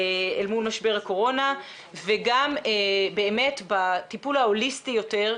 אל מול משבר הקורונה וגם בטיפול ההוליסטי יותר,